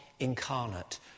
incarnate